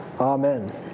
Amen